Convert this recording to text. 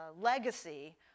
legacy